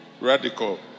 Radical